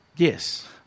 Yes